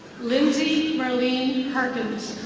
lindsey marleen harkins.